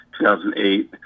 2008